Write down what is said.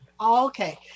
Okay